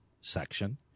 section